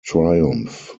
triumph